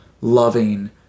loving